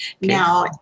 now